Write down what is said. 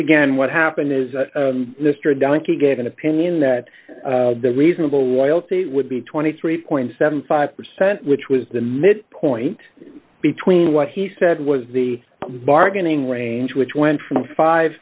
again what happened is mr donkey gave an opinion that the reasonable loyalty would be twenty three point seven five percent which was the midpoint between what he said was the bargaining range which went from five